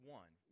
one